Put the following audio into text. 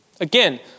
Again